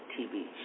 TV